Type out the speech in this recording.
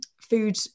Food